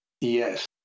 Yes